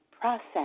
process